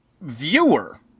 Viewer